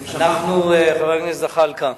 חבר הכנסת זחאלקה,